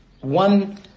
One